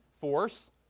force